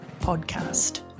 podcast